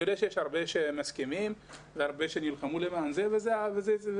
אני יודע שיש הרבה שמסכימים והרבה שנלחמו למען זה ובסופו של דבר זה עבר.